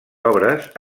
obres